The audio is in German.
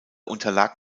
unterlag